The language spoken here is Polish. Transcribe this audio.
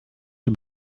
czy